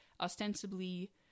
ostensibly